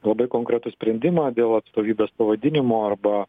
labai konkretų sprendimą dėl atstovybės pavadinimo arba